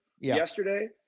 yesterday